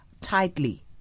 tightly